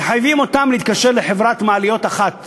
מחייבים אותו להתקשר לחברת מעליות אחת,